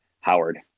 Howard